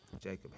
Jacob